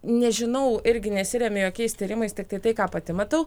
nežinau irgi nesiremiu jokiais tyrimais tiktai tai ką pati matau